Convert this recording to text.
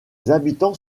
habitants